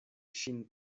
ŝin